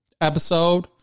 Episode